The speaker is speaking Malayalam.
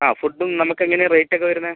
ആ ഫുഡും നമുക്കെങ്ങനെയാണ് റേറ്റൊക്കെ വരുന്നത്